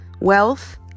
wealth